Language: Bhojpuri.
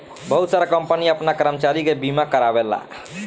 बहुत सारा कंपनी आपन कर्मचारी के बीमा कारावेला